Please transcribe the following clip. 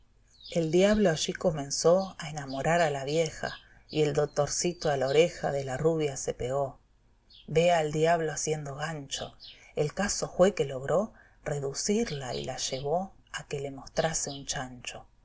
el diablo allí comenzó a enamorar a la vieja y el dotorcito a la oreja de la rubia se pegó vea al diablo haciendo gancho el caso jué que logró reducirla y la llevó a que le mostrase un chancho